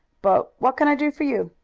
but what can i do for you?